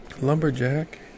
Lumberjack